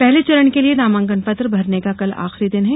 पहले चरण के लिए नामांकन पत्र भरने का कल आखिरी दिन है